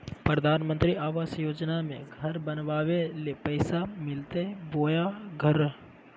प्रधानमंत्री आवास योजना में घर बनावे ले पैसा मिलते बोया घर?